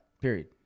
Period